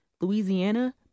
Louisiana